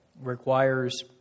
requires